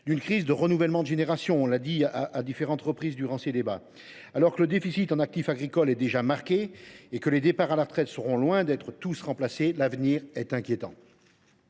d’une crise de renouvellement des générations, comme nous l’avons dit à plusieurs reprises durant les débats. Alors que le déficit en actifs agricoles est déjà marqué, et que les départs à la retraite seront loin d’être tous remplacés, l’avenir est inquiétant.